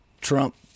Trump